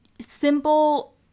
simple